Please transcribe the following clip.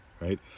Right